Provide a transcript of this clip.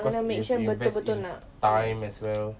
kena make sure betul-betul nak yes